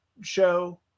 show